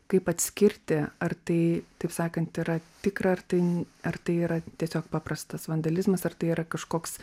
kaip atskirti ar tai taip sakant yra tikra ar tai ar tai yra tiesiog paprastas vandalizmas ar tai yra kažkoks